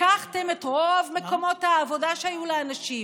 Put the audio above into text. לקחתם את רוב מקומות העבודה שהיו לאנשים.